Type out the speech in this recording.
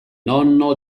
nonno